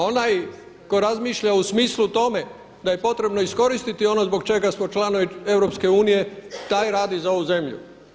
Onaj tko razmišlja u smislu tome da je potrebno iskoristiti ono zbog čega smo članovi EU taj radi za ovu zemlju.